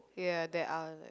ya there are